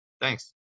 Thanks